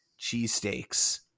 cheesesteaks